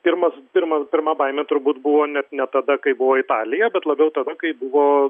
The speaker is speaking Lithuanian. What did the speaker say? pirmas pirma pirma baimė turbūt buvo net ne tada kai buvo italija bet labiau tada kai buvo